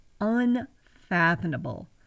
unfathomable